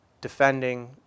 defending